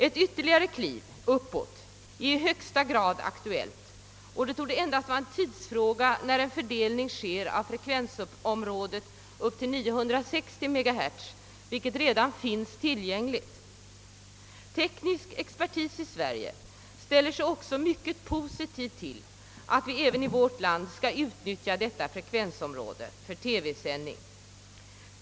Ett ytterligare kliv uppåt är i högsta grad aktuellt, och det torde endast vara en tidsfråga innan en fördelning sker av frekvensområdet upp till 960 MHz, vilket redan är tillgängligt. Teknisk expertis i Sverige ställer sig också mycket positiv till att vi även i vårt land skulle utnyttja detta frekvensområde för TV-sändning.